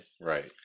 Right